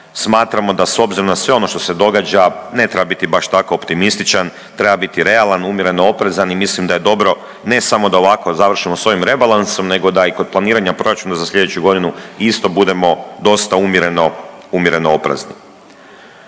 smatramo da s obzirom na sve ono što se događa ne treba biti baš tako optimističan, treba biti realan, umjereno oprezan i mislim da je dobro ne samo da ovako završimo s ovim rebalansom nego da i kod planiranja proračuna za sljedeću godinu isto budemo dosta umjereno oprezni.